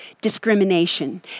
discrimination